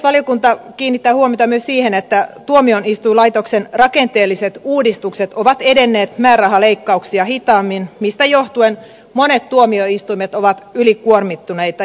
valiokunta kiinnittää huomiota myös siihen että tuomioistuinlaitoksen rakenteelliset uudistukset ovat edenneet määrärahaleikkauksia hitaammin mistä johtuen monet tuomioistuimet ovat ylikuormittuneita